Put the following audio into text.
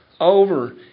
over